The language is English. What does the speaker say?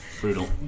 Brutal